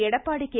Edappadi K